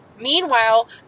Meanwhile